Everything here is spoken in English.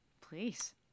Please